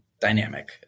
dynamic